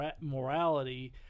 morality